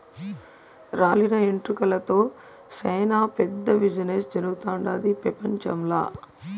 రాలిన వెంట్రుకలతో సేనా పెద్ద బిజినెస్ జరుగుతుండాది పెపంచంల